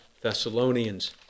Thessalonians